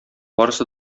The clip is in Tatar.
барысы